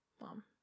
mom